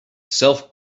self